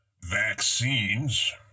vaccines